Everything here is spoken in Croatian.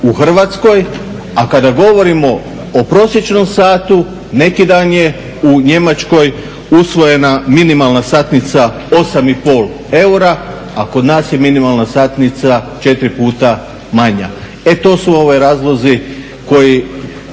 u Hrvatskoj, a kada govorimo o prosječnom satu neki dan je u Njemačkoj usvojena minimalna satnica 8,5 eura, a kod nas je minimalna satnica 4 puta manja. E to su razlozi koji